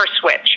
switch